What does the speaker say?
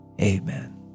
Amen